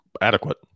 adequate